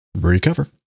Recover